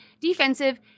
defensive